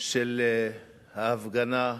של ההפגנה,